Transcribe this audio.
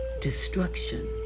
destruction